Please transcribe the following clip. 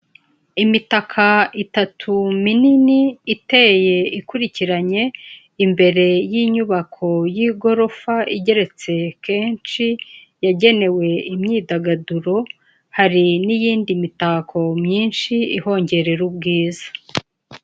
Imitaka itatu minini iteye ikurikiranye, imbere y'inyubako y'igorofa igeretse kenshi, yagenewe imyidagaduro, hari n'iyindi mitako myinshi ihongerera ubwiza.